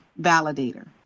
validator